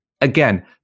Again